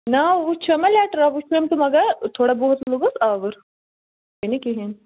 نا وُچھیم ہہَ لیٹر وُچھ مےٚ تہٕ مگر تھوڑا بہت لوٚگُس آوُر بیٚیہِ نہٕ کِہیٖنۍ